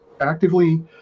actively